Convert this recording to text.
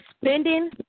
spending